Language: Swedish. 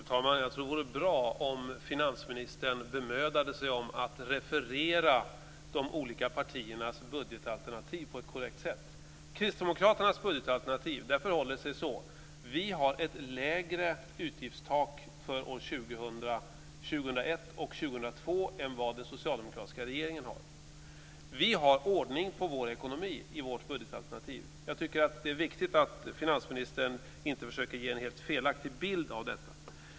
Fru talman! Jag tror att det vore bra om finansministern bemödade sig om att referera de olika partiernas budgetalternativ på ett korrekt sätt. I kristdemokraternas budgetalternativ förhåller det sig så, att utgiftstaket för åren 2000, 2001 och 2002 är lägre än den socialdemokratiska regeringens. Vi har ordning på vår ekonomi i vårt butgetalternativ. Jag tycker att det är viktigt att finansministern inte försöker ge en helt felaktig bild av detta.